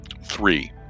Three